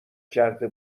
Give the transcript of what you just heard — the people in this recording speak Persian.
کرده